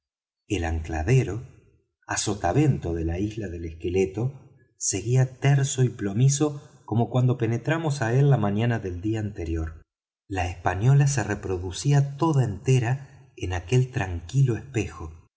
el ancladero á sotavento de la isla del esqueleto seguía terso y plomizo como cuando penetramos á él la mañana del día anterior la española se reproducía toda entera en aquel tranquilo espejo